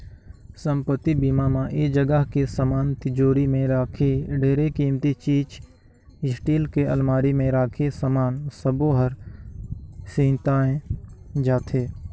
संपत्ति बीमा म ऐ जगह के समान तिजोरी मे राखे ढेरे किमती चीच स्टील के अलमारी मे राखे समान सबो हर सेंइताए जाथे